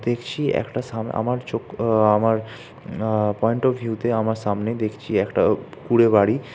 দেখছি একটা আমার চোখ আমার পয়েন্ট অব ভিউতে আমার সামনে দেখছি একটা কুঁড়ে বাড়ি